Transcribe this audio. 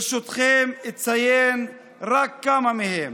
ברשותכם אציין רק כמה מהם: